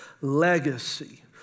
Legacy